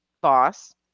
boss